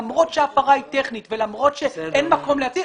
למרות שההפרה היא טכנית ולמרות שאין מקום להטיל,